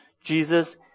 Jesus